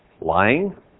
Lying